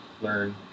learn